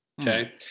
Okay